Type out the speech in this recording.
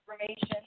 information